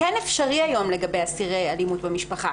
כן אפשרי היום לגבי אסירי אלימות במשפחה.